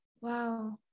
wow